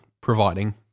providing